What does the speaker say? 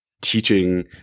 teaching